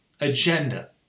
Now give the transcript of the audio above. agenda